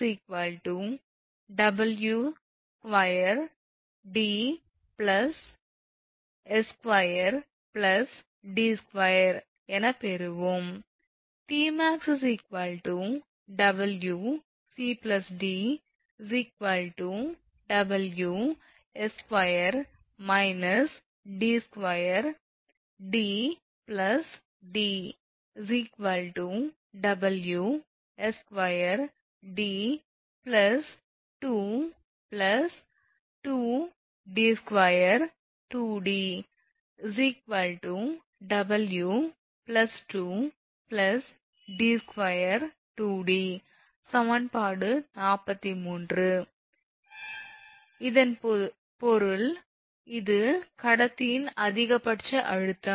𝑇𝑚𝑎𝑥 𝑊2𝑑 𝑠2𝑑2 என பெறுவோம் 𝑇𝑚𝑎𝑥 𝑊 𝑐𝑑 𝑊 𝑠2 − 𝑑22𝑑𝑑 𝑊 𝑠2 𝑑 22𝑑22𝑑 𝑊 2𝑑22𝑑 சமன்பாடு 46 இதன் பொருள் இது கடத்தியின் அதிகபட்ச அழுத்தம்